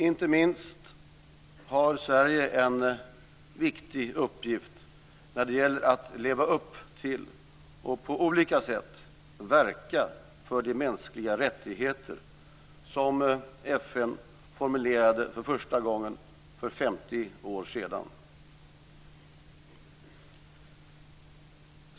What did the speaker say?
Inte minst har Sverige en viktig uppgift när det gäller att leva upp till och på olika sätt verka för de mänskliga rättigheter som FN formulerade för första gången för 50 år sedan.